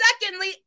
secondly